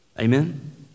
Amen